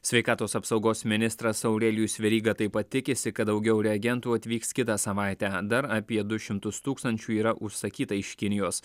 sveikatos apsaugos ministras aurelijus veryga taip pat tikisi kad daugiau reagentų atvyks kitą savaitę dar apie du šimtus tūkstančių yra užsakyta iš kinijos